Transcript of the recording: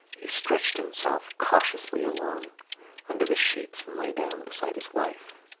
he stretched himself cautiously along under the sheets and lay down beside his wife.